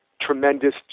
tremendous